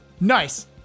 Nice